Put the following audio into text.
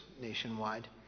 nationwide